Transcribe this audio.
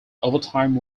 overtime